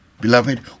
Beloved